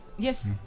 Yes